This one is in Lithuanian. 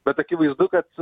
bet akivaizdu kad